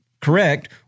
correct